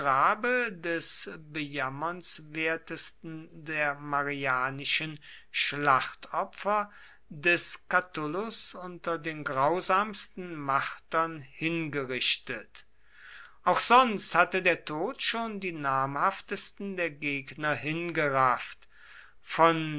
des bejammernswertesten der marianischen schlachtopfer des catulus unter den grausamsten martern hingerichtet auch sonst hatte der tod schon die namhaftesten der gegner hingerafft von